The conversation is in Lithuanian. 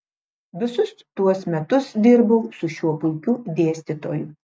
visus tuos metus dirbau su šiuo puikiu dėstytoju